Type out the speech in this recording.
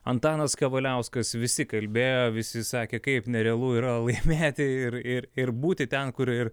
antanas kavaliauskas visi kalbėjo visi sakė kaip nerealu yra laimėti ir ir ir būti ten kur ir